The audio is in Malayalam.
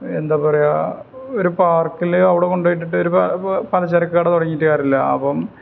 എന്താ പറയുക ഒരു പാർക്കില് അവിടെ കൊണ്ടോയിട്ടൊരു പലചരക്ക് കട തുടങ്ങിയിട്ട് കാര്യമില്ല അപ്പോള്